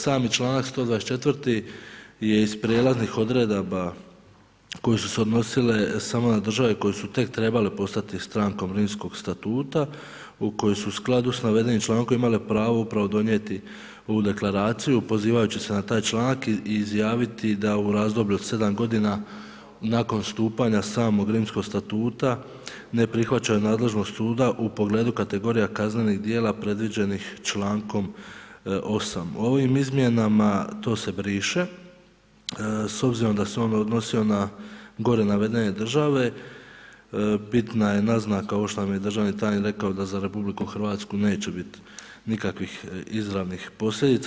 Sam članak 124. je iz prelaznih odredaba koje su se odnosile samo na države koje su tek trebale postati strankom Rimskog statuta u kojem su skladu sa navedenim člankom imale pravo upravo donijeti ovu deklaracije, pozivajući se na taj članak i izjaviti da u razdoblju od sedam godina nakon stupanja samog Rimskog statuta ne prihvaća nadležnost suda u pogledu kategorija kaznenih djela predviđenih člankom 8. Ovim izmjenama to se briše s obzirom da se on odnosi ona gore navedene države, bitna je naznaka ovo što nam je državni tajnik rekao da za RH neće biti nikakvih izravnih posljedica.